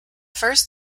first